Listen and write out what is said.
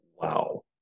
Wow